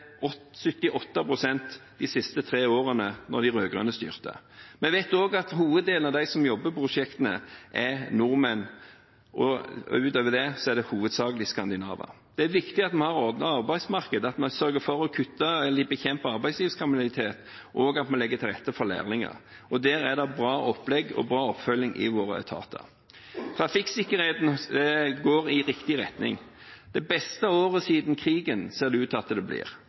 78 pst. de siste tre årene de rød-grønne styrte. Vi vet også at hoveddelen av dem som jobber på prosjektene, er nordmenn. Utover det er det hovedsakelig skandinaver. Det er viktig at vi har et ordnet arbeidsmarked, at man sørger for å bekjempe arbeidslivskriminalitet, og at vi legger til rette for lærlinger. Der er det bra opplegg og bra oppfølging i våre etater. Trafikksikkerheten går i riktig retning – det beste året siden krigen, ser det ut til at det blir,